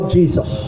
Jesus